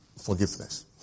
forgiveness